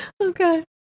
Okay